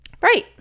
Right